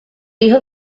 hijo